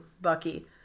Bucky